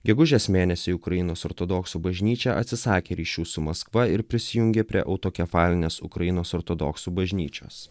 gegužės mėnesį ukrainos ortodoksų bažnyčia atsisakė ryšių su maskva ir prisijungė prie autokefalinės ukrainos ortodoksų bažnyčios